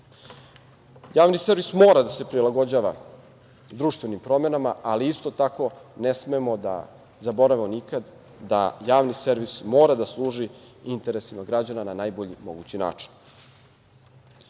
servis mora da se prilagođava društvenim promenama, ali isto tako ne smemo da zaboravimo nikad da javni servis mora da služi interesima građana na najbolji mogući način. Na